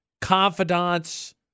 confidants